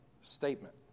statement